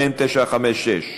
מ/956.